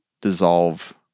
dissolve